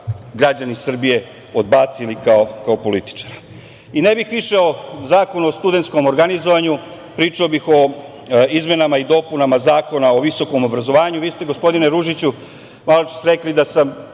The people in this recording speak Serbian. građani Srbije odbacili kao političara. Ne bih više o zakonu o studentskom organizovanju, pričao bih o izmenama i dopunama Zakona o visokom obrazovanju. Vi ste, gospodine Ružiću, maločas rekli da sam